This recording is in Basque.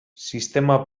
sistema